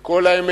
את כל האמת